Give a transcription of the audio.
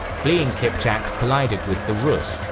fleeing kipchaks collided with the rus',